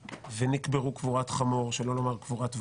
ונקברו קבורת חמור שלא לומר קבורת ועדה,